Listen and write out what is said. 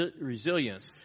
resilience